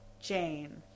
Jane